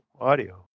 Audio